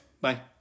Bye